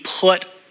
put